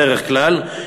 בדרך כלל,